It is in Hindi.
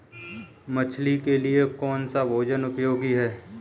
मछली के लिए कौन सा भोजन उपयोगी है?